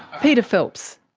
peter phelps.